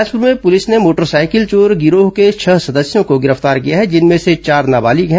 बिलासपुर में पुलिस ने मोटरसाइकिल चोर गिरोह के छह सदस्यों को गिरफ्तार किया है जिनमें से चार नाबालिग है